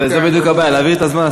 זו בדיוק הבעיה, להעביר את הזמן.